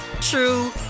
true